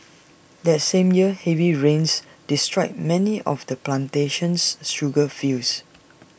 that same year heavy rains destroyed many of the plantation's sugar fields